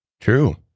True